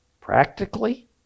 Practically